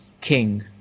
king